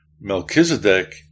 Melchizedek